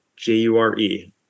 J-U-R-E